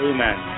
Amen